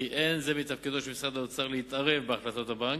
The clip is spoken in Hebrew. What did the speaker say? וכי אין זה מתפקידו של משרד האוצר להתערב בהחלטות הבנק.